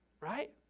Right